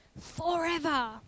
forever